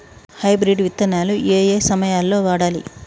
Hybrid విత్తనాలు ఏయే సమయాల్లో వాడాలి?